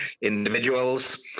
individuals